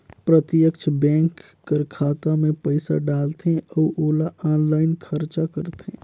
प्रत्यक्छ बेंक कर खाता में पइसा डालथे अउ ओला आनलाईन खरचा करथे